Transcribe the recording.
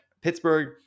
Pittsburgh